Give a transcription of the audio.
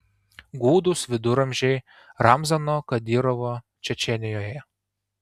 gūdūs viduramžiai ramzano kadyrovo čečėnijoje